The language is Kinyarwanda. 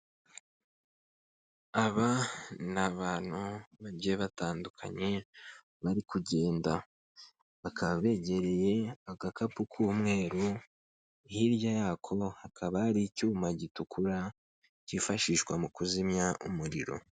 Aba ni abantu bagiye batandukanye bari kugenda, bakaba begereye agakapu k'umweru, hirya yako hakaba hari icyuma gitukura cyifashishwa mu kuzimya umuriro.